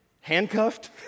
handcuffed